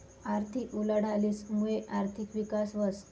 आर्थिक उलाढालीस मुये आर्थिक विकास व्हस